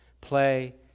play